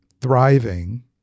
thriving